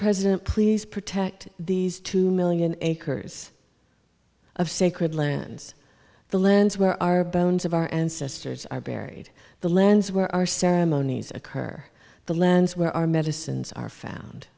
president please protect these two million acres of sacred lands the lands where our bones of our ancestors are buried the lands where our ceremonies occur the lands where our medicines are found